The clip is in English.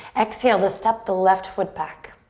exhale to step the left foot back.